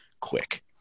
quick